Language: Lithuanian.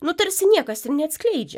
nu tarsi niekas ir neatskleidžia